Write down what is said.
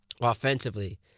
offensively